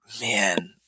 man